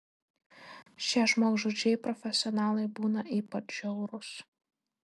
šie žmogžudžiai profesionalai būna ypač žiaurūs